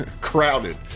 crowded